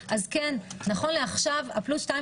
דווקא הייתי רוצה שחברת הכנסת סילמן --- אה,